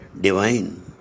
divine